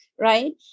right